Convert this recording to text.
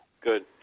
Good